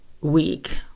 week